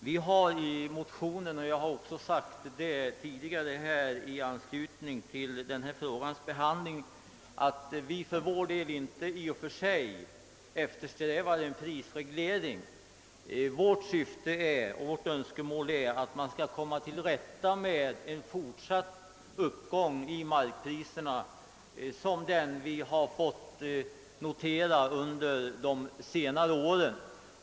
Vi har i motionen framhållit — jag har också sagt det tidigare här i anslutning till denna frågas behandling — att vi för vår del inte i och för sig eftersträvar en prisreglering. Vårt önskemål är att komma till rätta med en fortsatt uppgång av markpriserna sådan som den vi har fått notera under de senare åren.